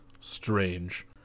Strange